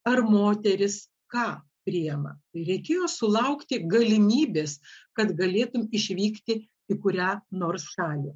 ar moteris ką priima reikėjo sulaukti galimybės kad galėtum išvykti į kurią nors šalį